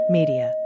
Media